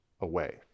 away